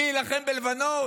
מי יילחם בלבנון?